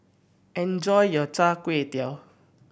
enjoy your chai